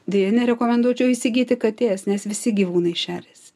deja nerekomenduočiau įsigyti katės nes visi gyvūnai šeriasi